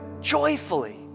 joyfully